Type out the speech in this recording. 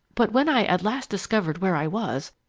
but when i at last discovered where i was,